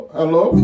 hello